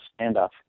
standoff